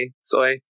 Soy